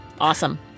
Awesome